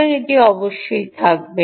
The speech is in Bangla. সুতরাং এটি অবশ্যই থাকবে